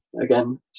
again